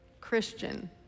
Christian